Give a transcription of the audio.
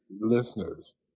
listeners